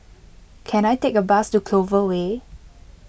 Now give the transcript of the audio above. can I take a bus to Clover Way